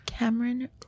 Cameron